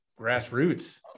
grassroots